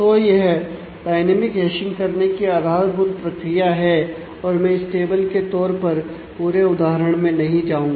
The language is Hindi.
तो यह डायनेमिक हैशिंग करने की आधारभूत प्रक्रिया है और मैं इस टेबल के तौर पर पूरे उदाहरण में नहीं जाऊंगा